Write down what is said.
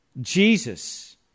Jesus